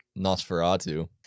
Nosferatu